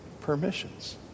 permissions